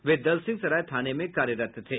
वे दलसिंहसराय थाने में कार्यरत थे